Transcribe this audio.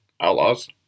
Outlaws